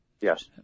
yes